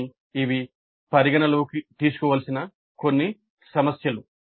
కానీ ఇవి పరిగణనలోకి తీసుకోవలసిన కొన్ని సమస్యలు